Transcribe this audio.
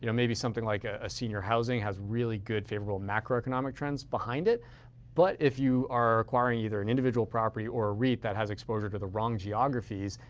you know maybe something like ah ah senior housing has really good favorable macroeconomic trends behind it but if you are acquiring either an individual property or a reit that has exposure to the wrong geographies,